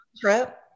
trip